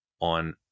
on